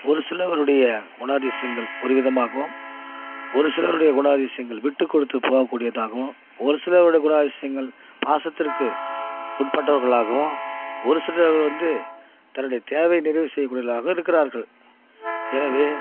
ஒரு சிலவருடைய குணாதிசயங்கள் ஒரு விதமாகவும் ஒரு சிலருடைய குணாதிசயங்கள் விட்டு கொடுத்து போக கூடியதாகவும் ஒரு சிலருடைய குணாதிசியங்கள் பாசத்திற்கு உட்பட்டவர்களாகவும் ஒரு சிலர் வந்து தன்னுடைய தேவை நிறைவு செய்ய கூடியவர்களாகவும் இருக்கிறார்கள் எனவே